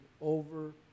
over